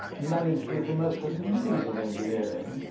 managed with the most amazing engineering,